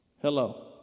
Hello